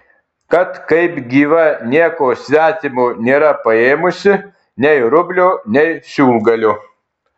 kad kaip gyva nieko svetimo nėra paėmusi nei rublio nei siūlgalio